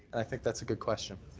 that's a good question.